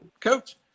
Coach